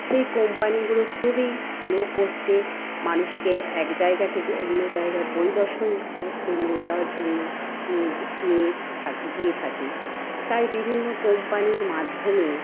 সেই কোম্পানিগুলো খুবই লো কস্টে মানুষকে এক জায়গা থেকে অন্য জায়গায় পরিদর্শন করতে নিয়ে যাওয়ার জন্য নিজে নিয়ে গিয়ে থাকে তাই বিভিন্ন কোম্পানির মাধ্যমে